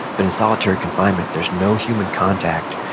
but in solitary confinement there's no human contact,